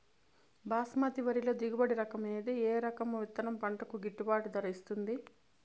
బాస్మతి వరిలో దిగుబడి రకము ఏది ఏ రకము విత్తనం పంటకు గిట్టుబాటు ధర ఇస్తుంది